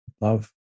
love